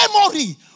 memory